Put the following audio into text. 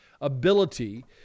ability